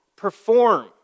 Perform